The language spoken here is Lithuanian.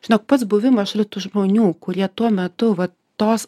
žinok pats buvimas šalia tų žmonių kurie tuo metu va tos